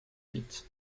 huit